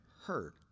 heard